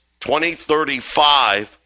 2035